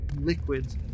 liquid